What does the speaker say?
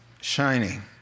shining